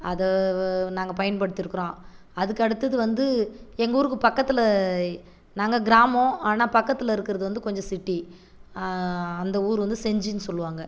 அதை நாங்கள் பயன்படுத்திருக்றோம் அதுக்கடுத்தது வந்து எங்கூருக்கு பக்கத்தில் நாங்கள் க்ராமோம் ஆனால் பக்கத்தில் இருக்கிறது வந்து கொஞ்சோம் சிட்டி அந்த ஊர் வந்து செஞ்சின் சொல்லுவாங்க